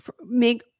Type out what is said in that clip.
make